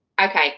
Okay